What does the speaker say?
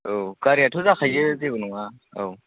औ गारियाथ' जाखायो जेबो नङा औ